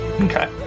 Okay